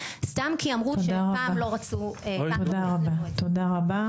סתם כי אמרו שפעם לא רצו --- תודה רבה.